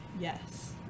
yes